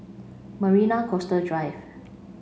Marina Coastal Drive